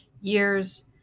years